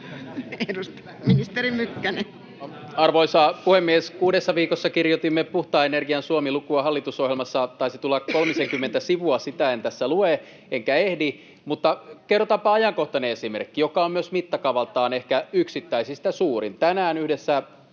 Arvoisa puhemies! Kuudessa viikossa kirjoitimme Puhtaan energian Suomi ‑luvun hallitusohjelmaan, taisi tulla kolmisenkymmentä sivua. Sitä en tässä lue enkä ehdi, mutta kerrotaanpa ajankohtainen esimerkki, joka on myös mittakaavaltaan ehkä yksittäisistä suurin. Tänään yhdessä